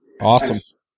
Awesome